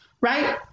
right